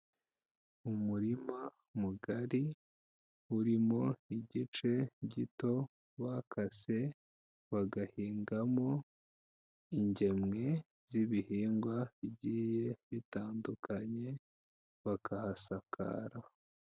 Umurima mugari umo igice gito bakase, bagahingamo ingemwe z'ibihingwa bigiye bitandukanye, bakahasakara.